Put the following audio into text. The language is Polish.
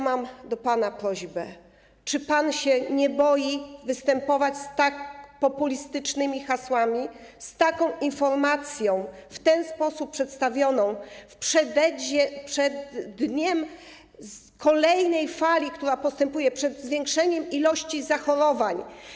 Mam do pana pytanie: Czy pan się nie boi występować z tak populistycznymi hasłami, z taką informacją, w ten sposób przedstawioną, w przededniu kolejnej fali pandemii, która postępuje, przed zwiększeniem liczby zachorowań?